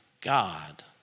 God